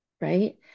Right